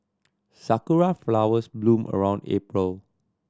sakura flowers bloom around April